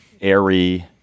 airy